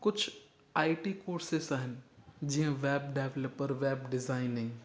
कुझु I T courses आहिनि जीअं वेब डेवलपर वेब डिज़ाइनिंग